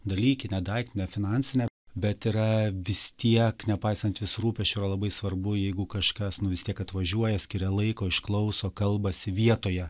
dalykinę daiktinę finansinę bet yra vis tiek nepaisant visų rūpesčių yra labai svarbu jeigu kažkas vis tiek atvažiuoja skiria laiko išklauso kalbasi vietoje